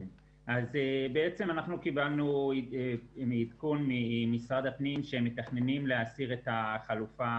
אנחנו קיבלנו עדכון ממשרד הפנים שמתכננים להסיר את החלופה